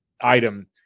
item